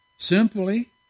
Simply